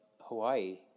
Hawaii